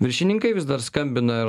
viršininkai vis dar skambina ir